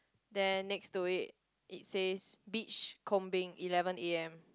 then next to it it says beach combing eleven A_M